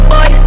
Boy